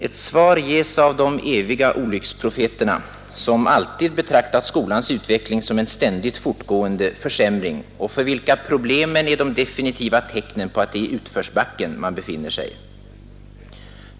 Ett svar ges av de eviga olycksprofeterna, som alltid betraktat skolans utveckling som en ständigt fortgående försämring och för vilka problemen är de definitva tecknen på att det är i utförsbacken man befinner sig.